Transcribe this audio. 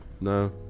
No